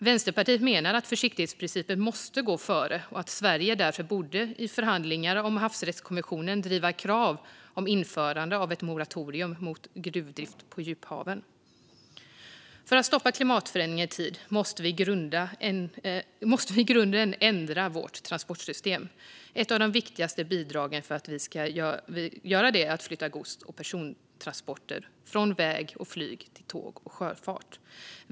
Vänsterpartiet menar att försiktighetsprincipen måste gå före och att Sverige i förhandlingar om havsrättskonventionen därför borde driva krav om införande av ett moratorium mot gruvdrift på djuphaven. För att stoppa klimatförändringarna i tid måste vi i grunden ändra vårt transportsystem. Ett av de viktigaste bidragen är att flytta gods och persontransporter från väg och flyg till tåg och sjöfart.